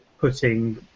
putting